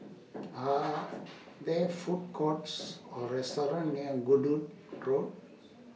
Are There Food Courts Or restaurants near Goodwood Road